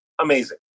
amazing